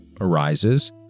arises